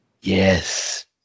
yes